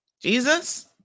Jesus